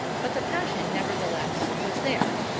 but the passion, nevertheless, was there,